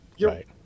right